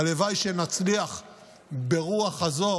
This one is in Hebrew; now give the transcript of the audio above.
הלוואי שנצליח ברוח הזאת